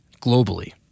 globally